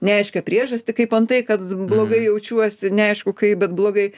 neaiškią priežastį kaip antai kad blogai jaučiuosi neaišku kaip bet blogai